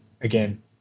again